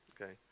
okay